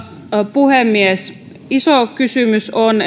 puhemies iso kysymys on